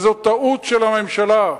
וזאת טעות של הממשלה,